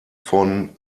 von